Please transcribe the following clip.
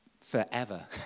forever